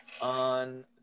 on